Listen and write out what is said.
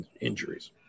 injuries